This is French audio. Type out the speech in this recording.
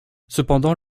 cependant